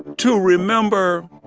to remember